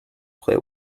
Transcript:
play